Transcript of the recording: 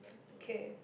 okay